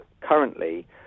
currently